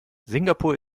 singapur